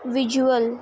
visual